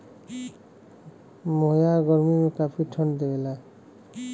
मोहायर गरमी में काफी ठंडा देवला